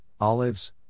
olives